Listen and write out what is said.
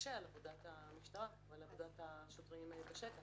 נקשה על עבודת המשטרה ועל עבודת השוטרים בשטח.